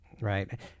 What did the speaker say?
Right